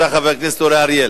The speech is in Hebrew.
חבר הכנסת אורי אריאל,